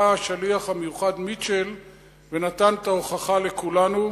בא השליח המיוחד מיטשל ונתן את ההוכחה לכולנו,